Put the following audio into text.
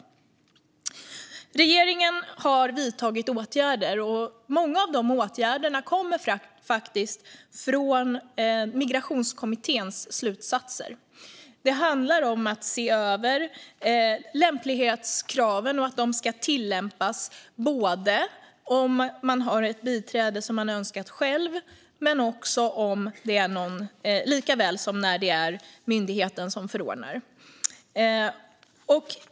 Riksrevisionens rapport om offentliga biträden i migrations-ärenden Regeringen har vidtagit åtgärder, och många av de åtgärderna kommer faktiskt från Migrationskommitténs slutsatser. Det handlar om att se över lämplighetskraven och att de ska tillämpas både när man har ett biträde som man önskat själv och när det är myndigheten som förordnar.